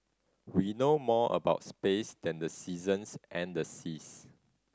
we know more about space than the seasons and the seas